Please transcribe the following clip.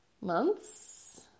months